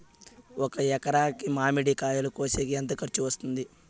ఒక ఎకరాకి మామిడి కాయలు కోసేకి ఎంత ఖర్చు వస్తుంది?